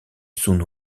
sun